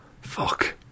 Fuck